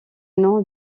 nom